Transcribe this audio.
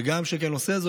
וגם כשהוא כן עושה זאת,